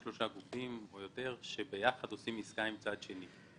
שלושה גופים או יותר שביחד עושים עסקה עם צד שני.